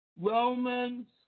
Romans